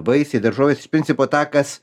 vaisiai daržovės iš principo tą kas